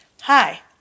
Hi